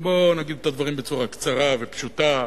בוא נגיד את הדברים בצורה קצרה ופשוטה.